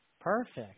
Perfect